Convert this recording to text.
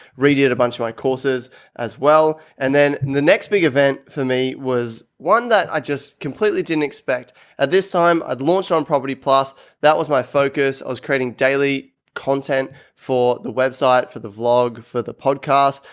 radiate a bunch of my courses as well. and then the next big event for me was one that i just completely didn't expect at this time i'd launched on property plus that was my focus. i was creating daily content for the website, for the vlog, for the podcast.